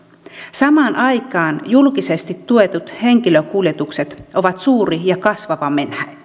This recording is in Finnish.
samaan aikaan julkisesti tuetut henkilökuljetukset ovat suuri ja kasvava